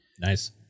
nice